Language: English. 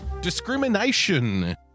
Discrimination